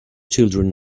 children